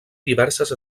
diverses